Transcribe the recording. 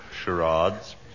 Charades